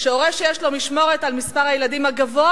שהורה שיש לו משמורת על מספר הילדים הגבוה